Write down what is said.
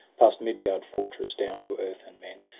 past midgard fortress, down to earth and men.